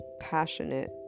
passionate